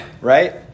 right